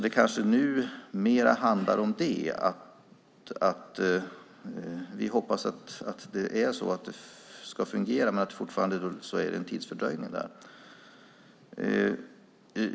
Det kanske nu mer handlar om att få det hela att fungera, men det finns fortfarande en tidsfördröjning.